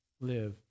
live